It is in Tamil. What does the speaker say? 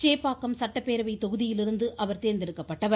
சேப்பாக்கம் சட்டப்பேரவை தொகுதியிலிருந்து அவர் தோ்ந்தெடுக்கப்பட்டார்